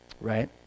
right